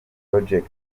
projet